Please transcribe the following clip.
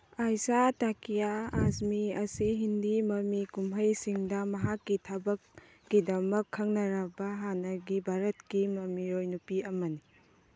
ꯑꯥꯏꯁꯥ ꯇꯥꯀꯤꯌꯥ ꯑꯥꯖꯃꯤ ꯑꯁꯤ ꯍꯤꯟꯗꯤ ꯃꯃꯤ ꯀꯨꯝꯍꯩꯁꯤꯡꯗ ꯃꯍꯥꯛꯀꯤ ꯊꯕꯛꯀꯤꯗꯃꯛ ꯈꯪꯅꯔꯛꯄ ꯍꯥꯟꯅꯒꯤ ꯚꯥꯔꯠꯀꯤ ꯃꯃꯤꯑꯣꯏ ꯅꯨꯄꯤ ꯑꯃꯅꯤ